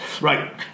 Right